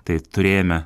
tai turėjome